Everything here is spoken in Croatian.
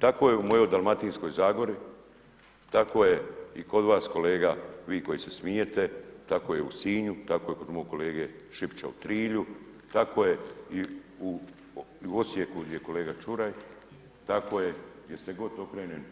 Tako je u mojoj Dalmatinskoj zagori, tako je i kod vas kolega, vi koji se smijete, tako je u Sinju, tako je kod mog kolege Šipića u Trilju, tako je i u Osijeku, gdje je kolega Ćuraj, tako je gdje se god okrenem,